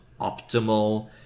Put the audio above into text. optimal